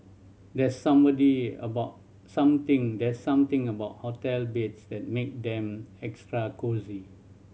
there's somebody about something there's something about hotel beds that make them extra cosy